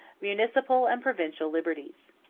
municipal and provincial liberties.